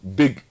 big